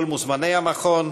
כל מוזמני המכון,